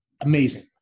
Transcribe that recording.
amazing